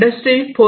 industry 4